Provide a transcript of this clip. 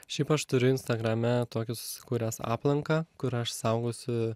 šiaip aš turiu instagrame tokį susikūręs aplanką kur aš saugausi